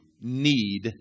need